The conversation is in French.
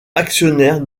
actionnaire